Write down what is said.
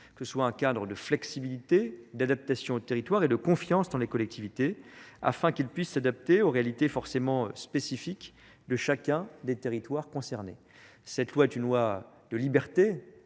ce soit un cadre de flexibilité d'adaptation au territoire et de confiance dans les collectivités afin qu'ils puissent s'adapter aux réalités forcément spécifique de chacun des territoires concernés. loi de liberté